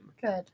Good